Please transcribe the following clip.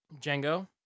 Django